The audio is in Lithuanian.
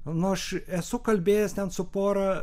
nu aš esu kalbėjęs ten su pora